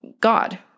God